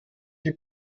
die